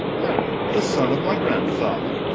marry, the son of my grandfather.